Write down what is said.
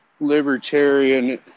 libertarian